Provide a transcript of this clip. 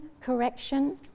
correction